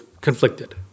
conflicted